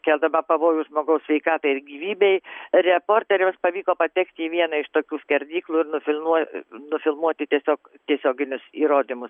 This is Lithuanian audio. keldama pavojų žmogaus sveikatai ir gyvybei reporteriams pavyko patekti į vieną iš tokių skerdyklų ir nufilmuoti nufilmuoti tiesiog tiesioginius įrodymus